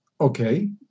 Okay